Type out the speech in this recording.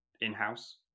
in-house